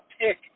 pick